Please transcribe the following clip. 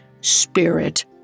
Spirit